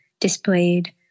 displayed